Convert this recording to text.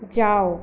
যাও